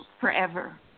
forever